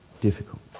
difficult